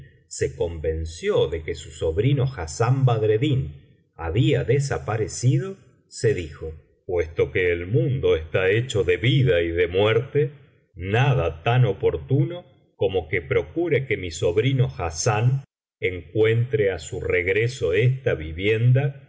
se convenció de que su sobrino hassán badreddin había desaparecido se dijo puesto que el mundo está hecho de vida y de muerte nada tan oportuno como que procure que mi sobrino hassán encuentre a su regreso esta vivienda